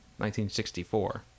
1964